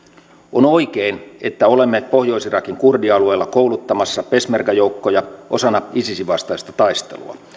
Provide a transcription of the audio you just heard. on oikein että olemme pohjois irakin kurdialueella kouluttamassa peshmerga joukkoja osana isisin vastaista taistelua